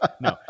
No